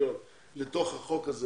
מיליון לתוך החוק הזה